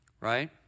right